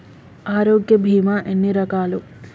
ఆరోగ్య బీమా ఎన్ని రకాలు?